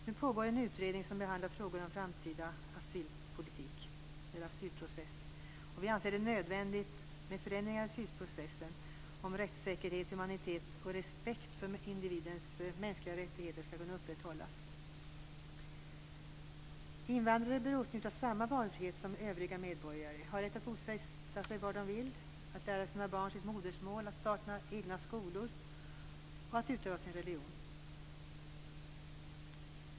Nu pågår en utredning som behandlar frågorna om den framtida asylprocessen. Vi anser det nödvändigt med förändringar i asylprocessen om rättssäkerhet, humanitet och respekt för individers mänskliga rättigheter skall kunna upprätthållas. Invandrare bör åtnjuta samma valfrihet som övriga medborgare, ha rätt att bosätta sig var de vill, att lära sina barn sitt modersmål, starta egna skolor och utöva sin religion.